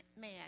mad